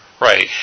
Right